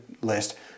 list